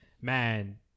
man